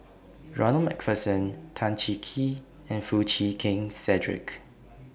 Ronald MacPherson Tan Cheng Kee and Foo Chee Keng Cedric